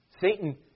Satan